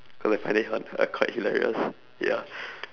cause I find it uh quite hilarious ya